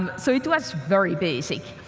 um so it was very basic.